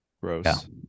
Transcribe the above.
gross